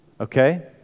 Okay